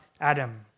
Adam